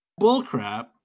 Bullcrap